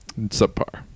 subpar